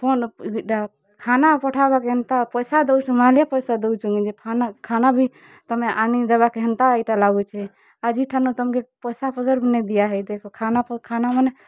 phone ଇଟା ଖାନା ପଠାବାର କେ ଏନ୍ତା ପଇସା ଦଉଛୁଁ ମାହାଲିଆ ପଇସା ଦେଉଛୁଁ କାଇଁ ଖାନା ବି ତମେ ଆନି ଦେବାକେ ହେନ୍ତା ଇ ଟା ଲାଗୁଛେ ଆଜି ଠାନୁ ତମ୍ କେ ପଇସା ପତର ନି ଦିଆ ହେଇ ଥାଇ ଖାନା ମାନେ